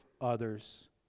others